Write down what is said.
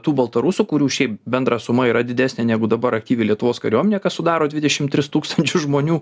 tų baltarusų kurių šiaip bendra suma yra didesnė negu dabar aktyvią lietuvos kariuomenę kas sudaro dvidešim tris tūkstančius žmonių